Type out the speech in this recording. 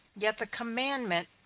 yet the commandment,